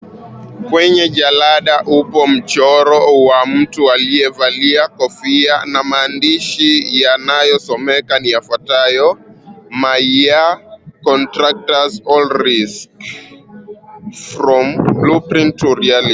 Kwenye jalada upo mchoro wa mtu aliyevalia kofia na maandishi yanayosomeka yafuatayo, Mayfair Contractors All Risks, From Blueprint to Reality.